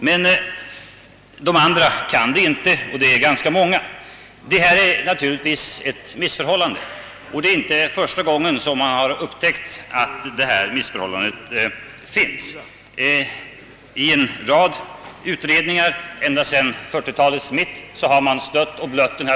Men de andra — och de är ganska många — kan inte rösta. Detta är naturligtvis ett missförhållande och det är inte första gången man har upptäckt att detta missförhållande existerar. Denna fråga har stötts och blötts i en rad utredningar ända sedan 1940-talets mitt.